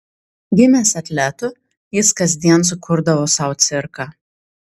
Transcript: gimęs atletu jis kasdien sukurdavo sau cirką